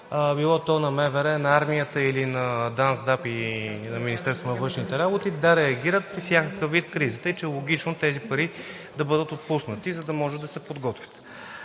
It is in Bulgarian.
било то на МВР, на армията или на ДАНС, ДАП и на Министерството на външните работи да реагират при всякакъв вид криза. Тъй че е логично, тези пари да бъдат отпуснати, за да може да се подготвят,